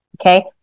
Okay